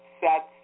sets